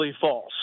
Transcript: false